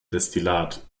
destillat